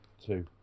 Two